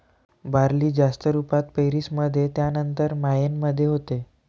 barley जास्त रुपात पेरीस मध्ये त्यानंतर मायेन मध्ये होते